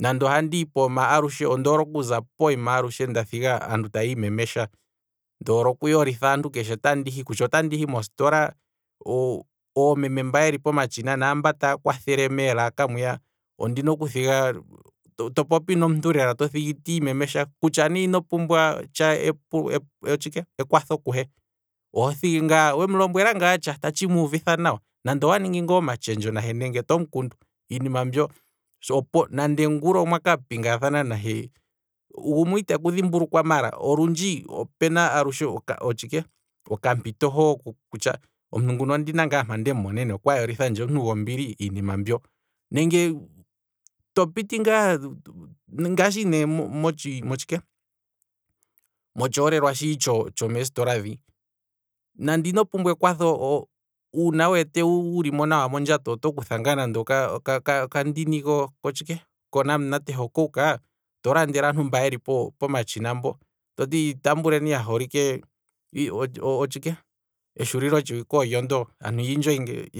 Nande ohandi hi pooma. ondoole oku thiga alushe aantu taya imemesha, ndoole oku yolitha aantu keshe pamwe, kutya otehi mositola omeme mba yeli pomatshina naamba taya kwathele meelaka mwiya ondina okuthiga, to popi naantu lela ndele to thigi taya imemesha, kutya ne ino mbumbwa tsha otshike, ekwatho kuhe oho thigi ngaa wemu lombwela ngaa tsha tatshi muuvitha nawa. nande owa ningi ngaa omatshetsho nahe nenge tomu kundu, iinima mbyo, nande ngula omwaka pingathana nahe, gumwe iteku dhimbulukwa maala olundji opena otshike, okampito ngaa ho kutya omuntu nguno ondemu monene okwa yolithandje omuntu gombili iinima mbyo, nenge to piti ngaa, ngashi ne motshike, motshoolelwa shi tsho meesitola dhi nande ino pumbwa ekwatho, uuna wu wete wuli mo nawa mondjato oto kutha ngaa nande oka- oka- okandini kotshike, konamunate ho coke, to landele aantu mba yeli pomatshina mbo, toti tambuleni ya holike otshike, eshulilo tshiwike olyo ndo, aantu yii enjoying